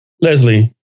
Leslie